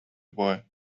boy